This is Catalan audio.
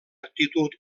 actitud